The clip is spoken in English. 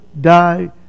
die